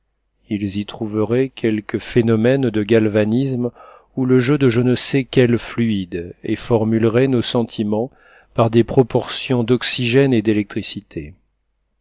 ils y trouveraient quelque phénomène de galvanisme ou le jeu de je ne sais quel fluide et formuleraient nos sentiments par des proportions d'oxygène et d'électricité